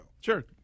Sure